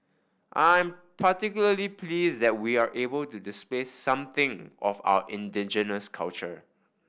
I'm particularly pleased that we're able to display something of our indigenous culture